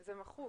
זה מחוק.